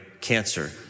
cancer